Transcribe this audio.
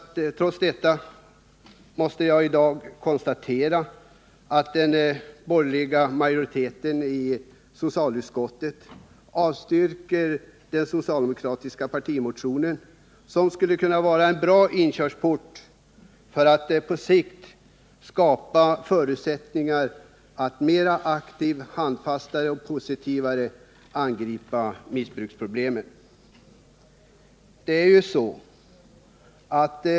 Trots detta måste jag i dag konstatera att den borgerliga majoriteten i socialutskottet avstyrker den socialdemokratiska partimotionen, som skulle kunna vara en bra inkörsport för att på sikt skapa förutsättningar för att mer aktivt, handfast och positivt angripa missbruksproblemen.